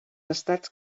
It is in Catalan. estats